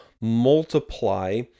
multiply